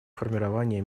формирования